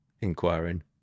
inquiring